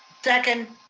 second.